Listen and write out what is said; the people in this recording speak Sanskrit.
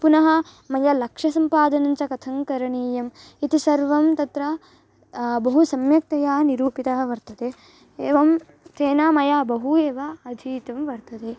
पुनः मया लक्षसम्पादनञ्च कथङ्करणीयम् इति सर्वं तत्र बहु सम्यक्तया नीरूपितं वर्तते एवं तेन मया बहु एव अधीतं वर्तते